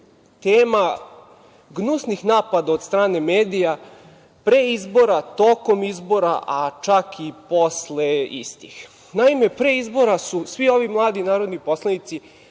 tema gnusnih napada od strane medija pre izbora, tokom izbora, a čak i posle istih. Naime, pre izbora su svi ovi mladi narodni poslanici,